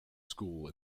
school